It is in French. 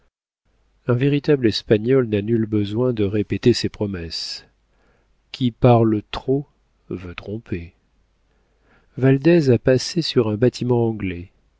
un véritable espagnol n'a nul besoin de répéter ses promesses qui parle trop veut tromper valdez a passé sur un bâtiment anglais